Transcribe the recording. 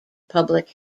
public